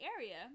area